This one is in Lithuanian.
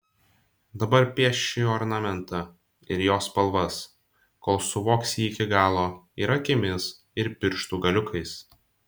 dabar piešk šį ornamentą ir jo spalvas kol suvoksi jį iki galo ir akimis ir pirštų galiukais